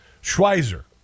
Schweizer